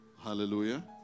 Hallelujah